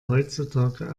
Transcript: heutzutage